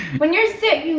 when you're sick,